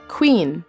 Queen